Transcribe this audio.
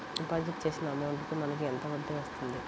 Deposit చేసిన amount కి మనకి ఎంత వడ్డీ వస్తుంది?